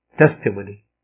testimony